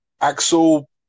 Axel